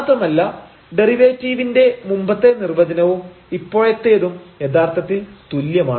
മാത്രമല്ല ഡെറിവേറ്റീവിന്റെ മുമ്പത്തെ നിർവചനവും ഇപ്പോഴത്തേതും യഥാർത്ഥത്തിൽ തുല്യമാണ്